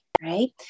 right